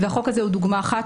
והחוק הזה הוא דוגמה אחת,